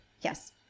Yes